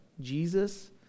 Jesus